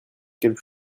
quelque